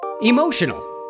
Emotional